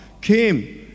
came